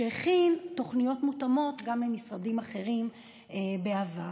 שהכין תוכניות מותאמות גם למשרדים אחרים בעבר.